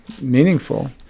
meaningful